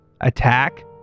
attack